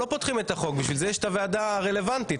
בשביל זה יש את הוועדה הרלוונטית.